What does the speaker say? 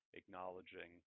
acknowledging